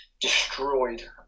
destroyed